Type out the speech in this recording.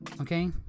Okay